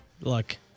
Look